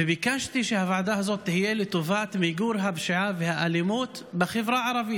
ביקשתי שהוועדה הזאת תהיה לטובת מיגור הפשיעה והאלימות בחברה הערבית,